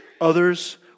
Others